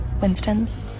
Winston's